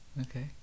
Okay